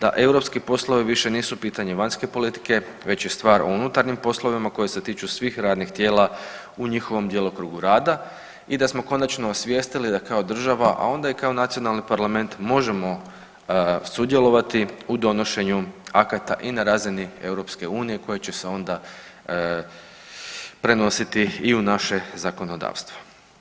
da europski poslovi više nisu pitanje vanjske politike već je stvar o unutarnjim poslovima koje se tiču svih radnih tijela u njihovom djelokrugu rada i da smo konačno osvijestili da kao država, a onda i kao nacionalni parlament možemo sudjelovati u donošenju akata i na razini EU koje će se onda prenositi i u naše zakonodavstvo.